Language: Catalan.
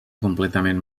completament